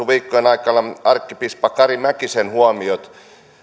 viikkojen aikana arkkipiispa kari mäkisen huomiot